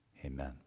amen